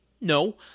No